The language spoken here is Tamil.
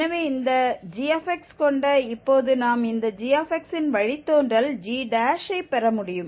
எனவே இந்த g கொண்ட இப்போது நாம் இந்த g இன் வழித்தோன்றல் gஐ பெற முடியும்